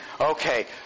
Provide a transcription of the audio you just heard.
okay